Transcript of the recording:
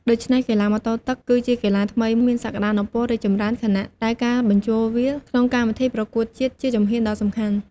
ដូច្នេះកីឡាម៉ូតូទឹកគឺជាកីឡាថ្មីមានសក្តានុពលរីកចម្រើន ខណៈដែលការបញ្ចូលវាក្នុងកម្មវិធីប្រកួតជាតិ ជាជំហានដ៏សំខាន់។